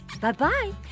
Bye-bye